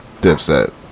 Dipset